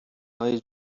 های